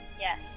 Yes